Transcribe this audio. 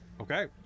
Okay